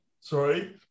sorry